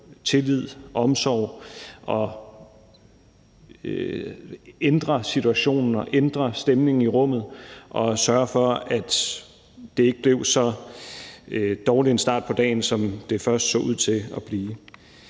tillid og omsorg, og som kunne ændre situationen og stemningen i rummet og sørge for, at det ikke blev så dårlig en start på dagen, som det først så ud til at blive.